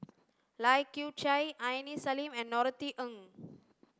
Lai Kew Chai Aini Salim and Norothy Ng